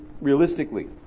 realistically